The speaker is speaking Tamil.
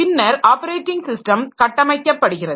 பின்னர் ஆப்பரேட்டிங் ஸிஸ்டம் கட்டமைக்கப்படுகிறது